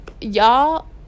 y'all